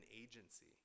agency